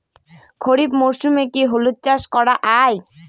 খরিফ মরশুমে কি হলুদ চাস করা য়ায়?